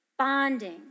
bonding